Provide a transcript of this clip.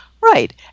Right